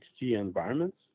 environments